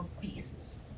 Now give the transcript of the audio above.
beasts